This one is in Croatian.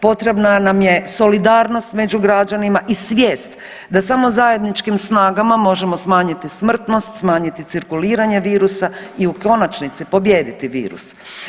Potrebna nam je solidarnost među građanima i svijest da samo zajedničkim snagama možemo smanjiti smrtnost, smanjiti cirkuliranje virusa i u konačnici pobijediti virus.